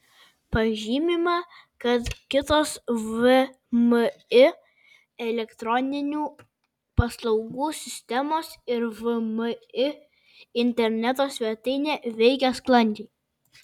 pažymima kad kitos vmi elektroninių paslaugų sistemos ir vmi interneto svetainė veikia sklandžiai